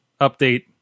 update